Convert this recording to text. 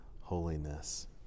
holiness